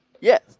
Yes